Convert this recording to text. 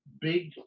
big